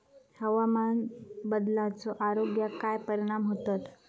हवामान बदलाचो आरोग्याक काय परिणाम होतत?